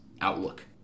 outlook